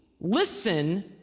listen